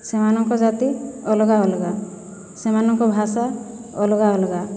ସେମାନଙ୍କ ଜାତି ଅଲଗା ଅଲଗା ସେମାନଙ୍କ ଭାଷା ଅଲଗା ଅଲଗା